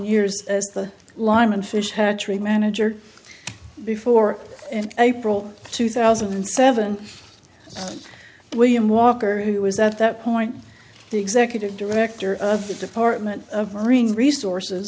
years as the lime and fish hatchery manager before april two thousand and seven william walker who was at that point the executive director of the department of marine resources